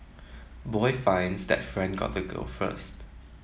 boy finds that friend got the girl first